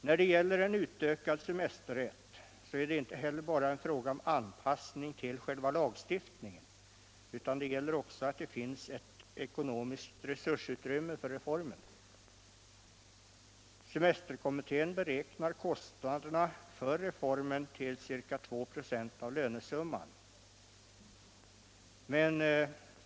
När det gäller en utökad semesterrätt är det inte heller bara en fråga om anpassning till själva lagstiftningen, utan det måste också finnas ett ekonomiskt resursutrymme för reformen. Semesterkommittén beräknar kostnaderna för reformen till ca 2". av lönesumman.